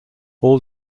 all